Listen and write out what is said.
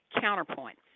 Counterpoint